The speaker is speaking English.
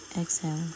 Exhale